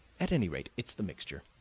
at any rate, it's the mixture,